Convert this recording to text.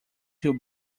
he’ll